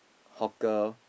hawker